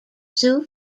sue